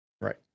Right